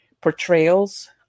portrayals